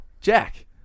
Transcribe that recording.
Jack